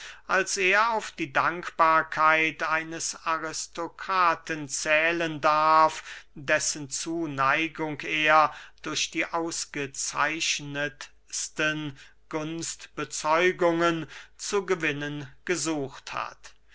als er auf die dankbarkeit eines aristokraten zählen darf dessen zuneigung er durch die ausgezeichnetsten gunstbezeugungen zu gewinnen gesucht hat